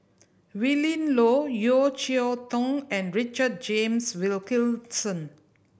Willin Low Yeo Cheow Tong and Richard James Wilkinson